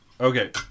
Okay